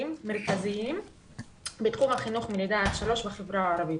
מרכזיים בתחום החינוך מלידה עד שלוש בחברה הערבית.